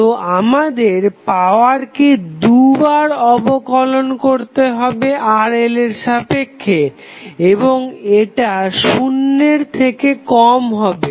তো আমাদের পাওয়ারকে দুবার অবকলন করতে হবে RL এর সাপেক্ষে এবং এটা শুন্যের থেকে কম হবে